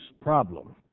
problem